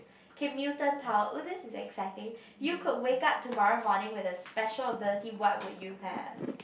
K mutant power would this is exciting you could wake up tomorrow morning with a special ability what will you have